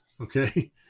Okay